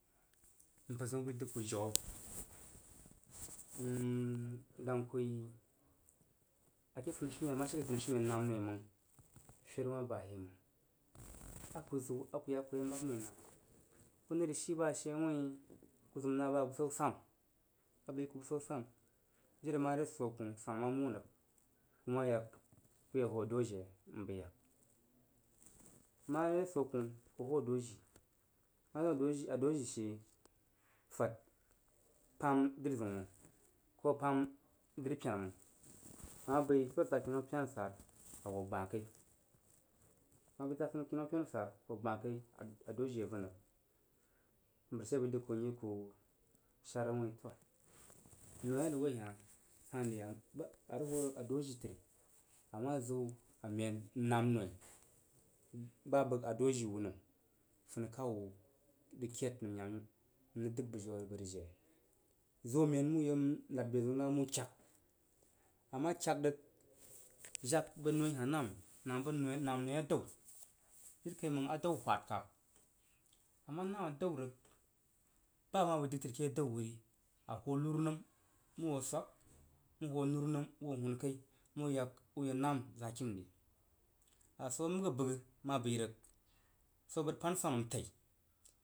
Mpər zəun bəi dəg jawa, n dang ku wuin ake fanishiumen a ma she ke funishiumen n namnoi məng feri wah bayei məng a ku ziw a ku ye mag noi nami, ku nəri shi bashe wuin ku zimna ba bəsan sanu, wuin abəg yi ku bəsan sanu iri mare swo koh sanu ma mon rəg kuma yak ku ye hoo adoji'a n bəi yak. Mare swo koh ku hoo adoji ma zim adoji adoji she fad pam’ dri zəun məng, ko pam’ dri pena məng n ma bəi swo a fad kinnan pena sara a hoo gbah kai ku ma bəi sa kinnau pena sara a hoo gbah kai adojina vun rəg. Mpər she bəi dəg ku n yi ku sher wuin toah noi a rəg awoi hah san ri a rəg ho adoji təri ama ziwa men n namnoi gbab bəg a doji wu nəm funikan wuh rəg ked nəm yemah n rəg dəg bujin a bəg rəg jui zo men mən ye nad be nah wu kyak a ma kyak rəg jag bəg noi hah nam'i nam bəg, nam noi adag jiri kaiməng adao whad kab a ma nam a dao rəg ba a ma bəi dəg təri ke adao wuri a hoo nuru nəm mu hoo swag, məng u hoo nuru nəm u hoo hun kai mu yak məng uye nam zakim ri. A swo məri bəgh ma bəi rəg swo bəg rəg pan sanu ntai.